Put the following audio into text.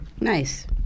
nice